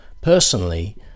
Personally